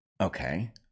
Okay